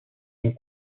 une